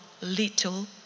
little